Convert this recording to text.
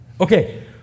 Okay